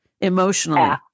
emotionally